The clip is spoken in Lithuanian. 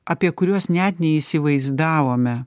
apie kuriuos net neįsivaizdavome